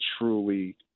truly